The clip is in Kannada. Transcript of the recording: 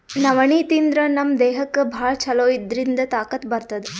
ನವಣಿ ತಿಂದ್ರ್ ನಮ್ ದೇಹಕ್ಕ್ ಭಾಳ್ ಛಲೋ ಇದ್ರಿಂದ್ ತಾಕತ್ ಬರ್ತದ್